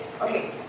okay